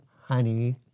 honey